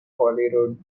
holyrood